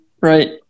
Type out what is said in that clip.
right